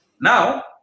Now